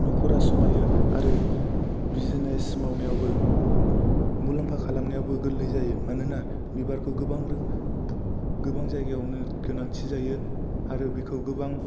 न'खरा समायो आरो बिदिनो मावनायावबो मुलाम्फा खालामनायावबो गोरलै जायो मानोना बिबारखौ गोबां जायगायावनो गोनांथि जायो आरो बेखौ गोबां